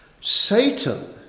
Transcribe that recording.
Satan